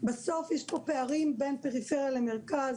בסוף יש פה פערים בין פריפריה למרכז,